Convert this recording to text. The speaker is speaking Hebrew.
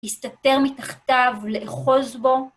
הסתתר מתחתיו לאחוז בו.